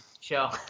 Show